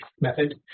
method